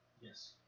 Yes